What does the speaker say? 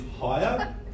higher